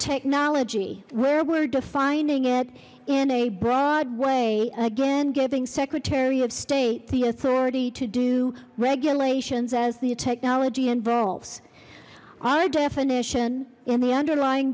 technology where we're defining it in a broad way again giving secretary of state the authority to do regulations as the technology involves our definition in the underlying